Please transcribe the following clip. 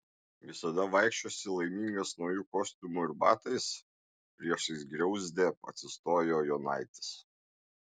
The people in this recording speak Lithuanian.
visada vaikščiosi laimingas nauju kostiumu ir batais priešais griauzdę atsistojo jonaitis